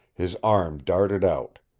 his arm darted out.